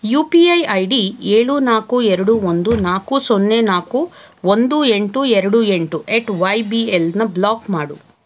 you P I I D ಏಳು ನಾಲ್ಕು ಎರಡು ಒಂದು ನಾಲ್ಕು ಸೊನ್ನೆ ನಾಲ್ಕು ಒಂದು ಎಂಟು ಎರಡು ಎಂಟು ಎಟ್ ವೈ ಬಿ ಎಲ್ಅನ್ನು ಬ್ಲಾಕ್ ಮಾಡು